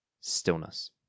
stillness